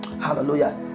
Hallelujah